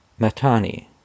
Matani